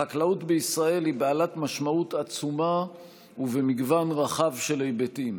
החקלאות בישראל היא בעלת משמעות עצומה במגוון רחב של היבטים.